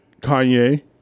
Kanye